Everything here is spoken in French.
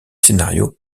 scénarios